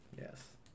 Yes